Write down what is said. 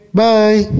bye